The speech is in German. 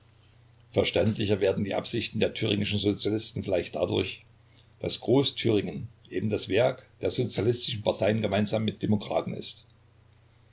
verständlicher werden die absichten der thüringischen sozialisten vielleicht dadurch daß groß-thüringen eben das werk der sozialistischen parteien gemeinsam mit demokraten ist